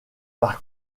par